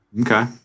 Okay